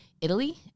Italy